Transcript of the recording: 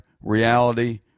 reality